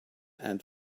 and